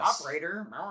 operator